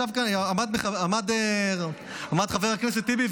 עמד כאן חבר הכנסת טיבי,